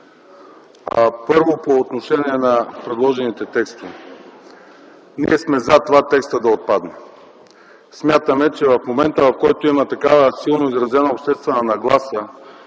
първо по отношение на предложените текстове. Ние сме за това текстът да отпадне. Смятаме, че в момент, в който има такава силно изразена обществена нагласа